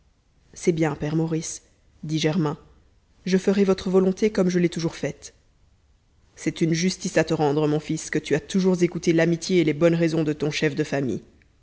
c'est bien père maurice dit germain je ferai votre volonté comme je l'ai toujours faite c'est une justice à te rendre mon fils que tu as toujours écouté l'amitié et les bonnes raisons de ton chef de famille